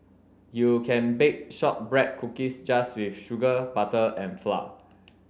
you can bake shortbread cookies just with sugar butter and flour